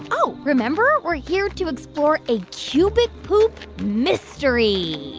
oh. remember? we're here to explore a cubic poop mystery.